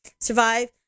survive